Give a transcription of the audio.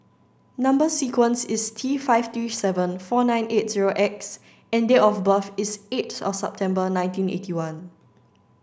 number sequence is T five three seven four nine eight zero X and date of birth is eight September nineteen eighty one